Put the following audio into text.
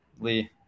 Lee